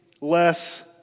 less